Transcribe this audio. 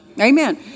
Amen